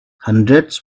hundreds